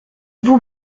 vous